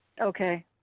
Okay